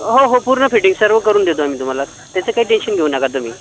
हो हो पूर्ण फिटिंग सर्व करून देतो आम्ही तुम्हाला त्याचं काही टेन्शन घेऊ नका तुम्ही